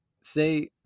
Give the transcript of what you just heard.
say